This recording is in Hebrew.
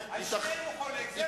שניהם הוא חולק.